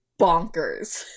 bonkers